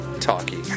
talkie